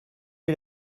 est